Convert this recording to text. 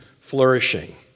flourishing